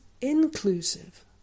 inclusive